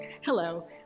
Hello